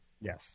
Yes